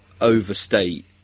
overstate